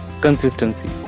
consistency